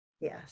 yes